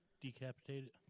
decapitated